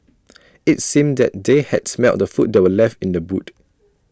IT seemed that they had smelt the food that were left in the boot